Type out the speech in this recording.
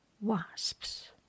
wasps